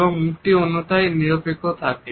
এবং মুখটি অন্যথায় নিরপেক্ষ থাকে